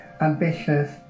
ambitious